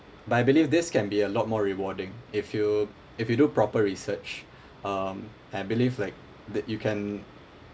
but I believe this can be a lot more rewarding if you if you do proper research um I believe like the you can